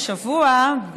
השבוע,